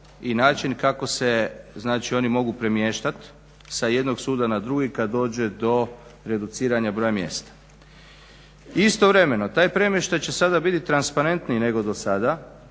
i način kako se znači oni mogu premještati sa jednog suda na drugi kad dođe do reduciranja broja mjesta. Istovremeno taj premještaj će sada biti transparentniji nego dosada